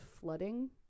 flooding